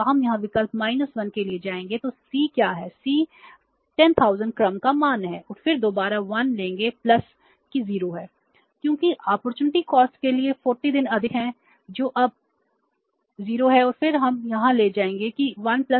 हम यहां विकल्प 1 के लिए जाएंगे तो सी क्या है सी १०००० क्रम का मान है और फिर दोबारा 1 लेगा कि 0 है